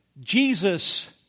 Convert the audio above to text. Jesus